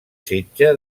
setge